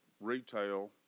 retail